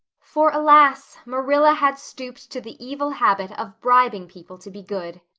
for alas, marilla had stooped to the evil habit of bribing people to be good!